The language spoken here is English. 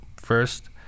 first